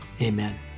amen